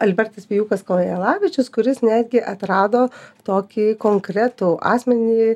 albertas vijūkas kojelavičius kuris netgi atrado tokį konkretų asmenį